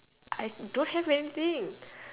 I don't have anything